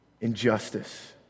injustice